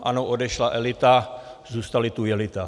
Ano, odešla elita, zůstaly tu jelita.